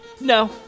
no